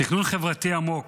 תכנון חברתי עמוק,